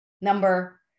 Number